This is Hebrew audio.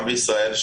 גם בישראל,